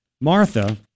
Martha